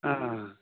ਹਾਂ